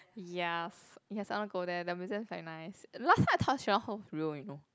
yes yes I want to go there the museum is very nice last time I thought Sherlock Holmes is real you know